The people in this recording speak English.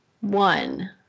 one